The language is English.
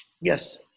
yes